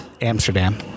Amsterdam